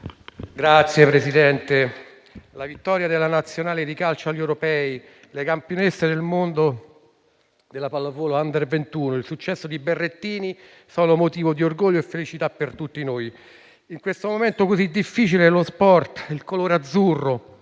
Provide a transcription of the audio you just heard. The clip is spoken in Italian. Signor Presidente, la vittoria della nazionale di calcio agli Europei, le campionesse del mondo della pallavolo *under* 21, il successo di Berrettini sono motivo di orgoglio e felicità per tutti noi. In questo momento così difficile, lo sport, il colore azzurro,